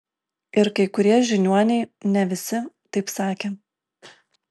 ir kai kurie žiniuoniai ne visi taip sakė